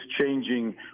changing